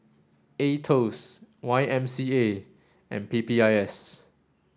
AETOS Y M C A and P P I S